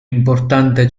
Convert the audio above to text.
importante